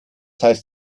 heißt